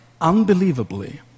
unbelievably